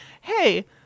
hey